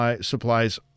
supplies